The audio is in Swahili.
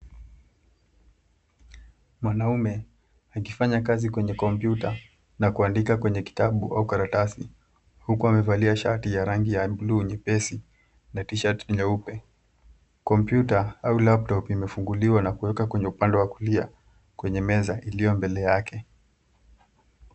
Mwanaume akifanya kazi kwenye kompyuta na kuandika kwenye kitabu au karatasi huku amevalia shati ya bluu nyepesi na t-shirt nyeupe. Kompyuta au laptop imefunguliwa na kuwekwa kwenye upande wa kulia kwenye meza iliyo mbele yake.